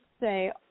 say